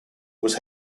was